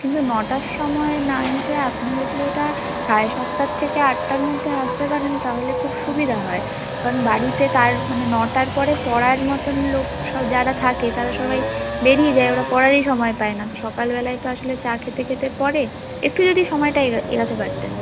কিন্তু নটার সময় না এসে আপনি যদি ওটা সাড়ে সাতটার থেকে আটটার মধ্যে আসতে পারেন তাহলে খুব সুবিধা হয় কারণ বাড়িতে কার মানে নটার পরে পড়ার মতো লোক সব যারা থাকে তারা সবাই বেরিয়ে যায় ওরা পড়ারই সময় পায় না তো সকাল বেলায় তো আসলে চা খেতে খেতে পড়ে একটু যদি সময়টা এগা এগোতে পারতেন